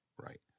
right